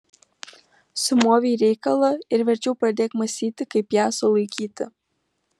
sumovei reikalą ir verčiau pradėk mąstyti kaip ją sulaikyti